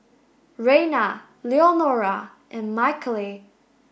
Reyna Leonora and Michaele